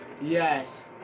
Yes